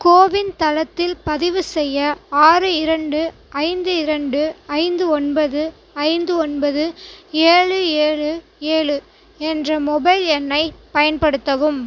CoWIN தளத்தில் பதிவு செய்ய ஆறு இரண்டு ஐந்து இரண்டு ஐந்து ஒன்பது ஐந்து ஒன்பது ஏழு ஏழு ஏழு என்ற மொபைல் எண்ணை பயன்படுத்தவும்